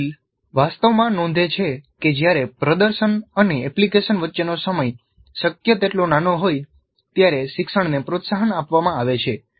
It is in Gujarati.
મેરિલ વાસ્તવમાં નોંધે છે કે જ્યારે પ્રદર્શન અને એપ્લિકેશન વચ્ચેનો સમય શક્ય તેટલો નાનો હોય ત્યારે શિક્ષણને પ્રોત્સાહન આપવામાં આવે છે